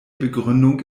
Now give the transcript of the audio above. begründung